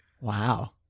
Wow